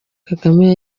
kagame